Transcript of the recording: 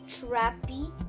Trappy